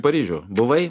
paryžių buvai